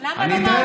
למה לא?